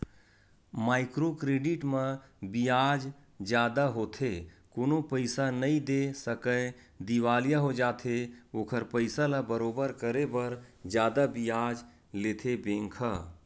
micro credit म बियाज जादा होथे कोनो पइसा नइ दे सकय दिवालिया हो जाथे ओखर पइसा ल बरोबर करे बर जादा बियाज लेथे बेंक ह